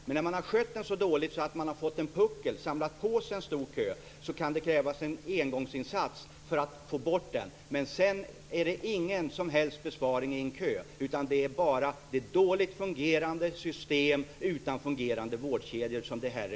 Men när de har skötts så dåligt att man har fått en puckel och samlat på sig en lång kö kan det krävas en engångsinsats för att få bort den. Men sedan ligger det inte någon som helst besparing i en kö. Det reflekterar bara ett dåligt fungerande system utan fungerande vårdkedjor.